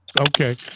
Okay